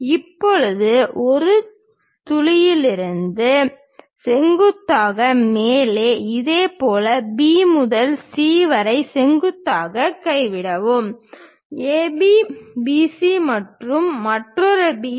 இப்போது ஒரு துளியிலிருந்து செங்குத்தாக மேலே இதேபோல் B முதல் C வரை செங்குத்தாக கைவிடவும் ஏபி BC மற்றும் மற்றொரு BC